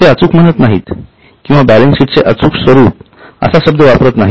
ते अचूक म्हणत नाहीत किंवा बॅलन्सशीट चे अचूक स्वरूप असा शब्द वापरत नाहीत